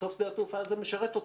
בסוף שדה התעופה הזה משרת אותנו.